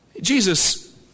Jesus